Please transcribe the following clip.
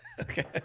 okay